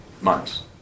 months